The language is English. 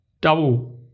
double